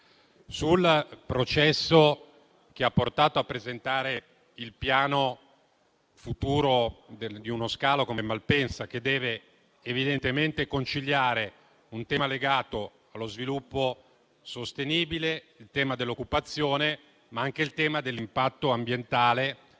al processo che ha portato a presentare il piano futuro per uno scalo come Malpensa, che deve evidentemente conciliare l'aspetto legato allo sviluppo sostenibile, quello dell'occupazione e anche quello dell'impatto ambientale